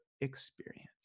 experience